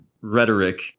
rhetoric